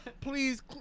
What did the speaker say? Please